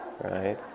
right